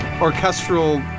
orchestral